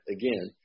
again